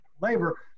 labor